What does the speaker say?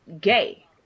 gay